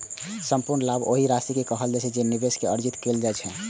संपूर्ण लाभ ओहि राशि कें कहल जाइ छै, जे निवेश सं अर्जित कैल जाइ छै